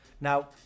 Now